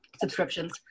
subscriptions